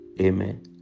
Amen